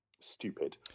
stupid